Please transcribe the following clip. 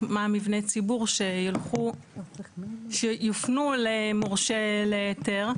מה מבני הציבור שיופנו למורשה להיתר.